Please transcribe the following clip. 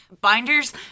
Binders